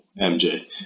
MJ